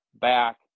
back